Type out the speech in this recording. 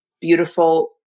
beautiful